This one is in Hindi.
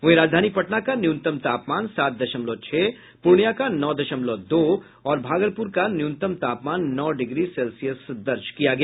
वहीं राजधानी पटना का न्यूनतम तापमान सात दशमलव छह पूर्णिया का नौ दशमलव दो और भागलपूर का न्यूनतम तापमान नौ डिग्री सेल्सियस दर्ज किया गया